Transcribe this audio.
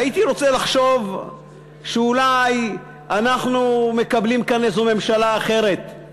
הייתי רוצה לחשוב שאולי אנחנו מקבלים כאן איזו ממשלה אחרת,